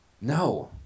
No